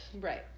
Right